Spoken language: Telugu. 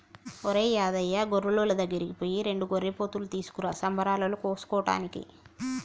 ఒరేయ్ యాదయ్య గొర్రులోళ్ళ దగ్గరికి పోయి రెండు గొర్రెపోతులు తీసుకురా సంబరాలలో కోసుకోటానికి